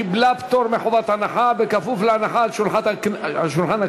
קיבלה פטור מחובת הנחה כפוף להנחה על שולחן הכנסת.